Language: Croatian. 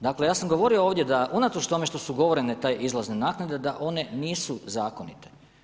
Dakle, ja sam govorio ovdje da unatoč tome što su ugovorene te izlazne naknade da one nisu zakonite.